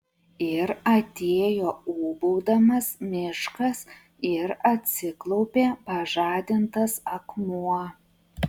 ir atėjo ūbaudamas miškas ir atsiklaupė pažadintas akmuo